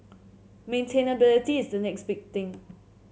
maintainability is the next big thing